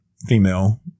female